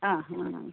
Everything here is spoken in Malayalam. ആ ആ ആ